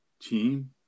team